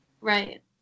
Right